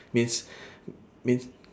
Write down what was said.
means means